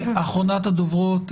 אחרונת הדוברות,